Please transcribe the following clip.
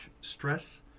stress